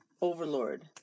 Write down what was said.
overlord